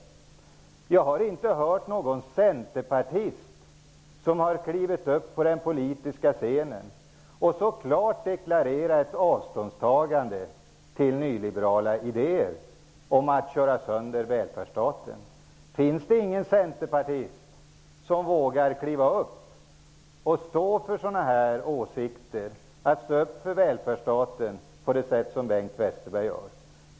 Jag har inte sett någon centerpartist kliva upp på den politiska scenen och klart deklarera ett avståndstagande från de nyliberala idéerna om att köra sönder välfärdsstaten. Finns det ingen centerpartist som vågar kliva upp och stå för välfärdsstaten på samma sätt som Bengt Westerberg?